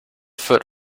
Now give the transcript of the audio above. foot